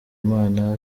imana